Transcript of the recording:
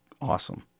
Awesome